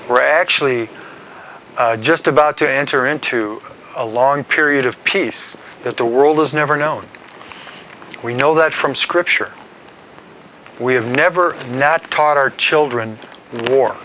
we're actually just about to enter into a long period of peace that the world has never known we know that from scripture we have never nat taught our children